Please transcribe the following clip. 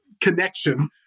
connection